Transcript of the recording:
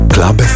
Club